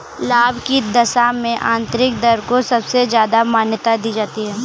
लाभ की दशा में आन्तरिक दर को सबसे ज्यादा मान्यता दी जाती है